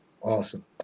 Awesome